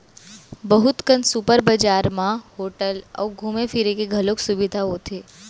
बहुत कन सुपर बजार म होटल अउ घूमे फिरे के घलौक सुबिधा होथे